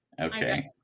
Okay